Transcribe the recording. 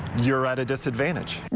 you're at a disadvantage. and